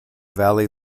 valley